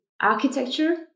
architecture